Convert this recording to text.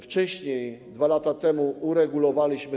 Wcześniej, 2 lata temu to uregulowaliśmy.